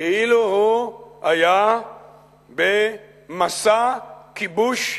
כאילו הוא היה במסע כיבוש אסלאמי.